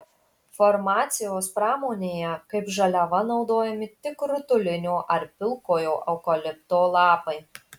farmacijos pramonėje kaip žaliava naudojami tik rutulinio ar pilkojo eukalipto lapai